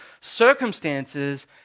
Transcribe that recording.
circumstances